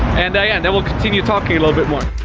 and yeah and then we'll continue talking a little bit.